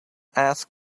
ask